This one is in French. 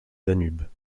danube